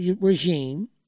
regime